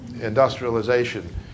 industrialization